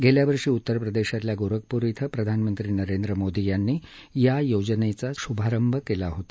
गेल्यावर्षी उत्तर प्रदेशातल्या गोरखपूर इथं प्रधानमंत्री नरेंद्र मोदी यांनी या योजनांचा शुभारंभ केला होता